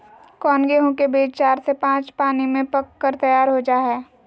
कौन गेंहू के बीज चार से पाँच पानी में पक कर तैयार हो जा हाय?